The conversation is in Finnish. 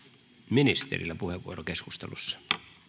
ministerillä puheenvuoro keskustelussa arvoisa herra